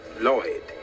Lloyd